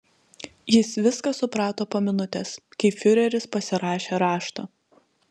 jis viską suprato po minutės kai fiureris pasirašė raštą